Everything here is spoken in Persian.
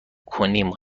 کنیم